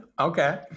okay